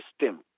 system